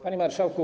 Panie Marszałku!